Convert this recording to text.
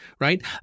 right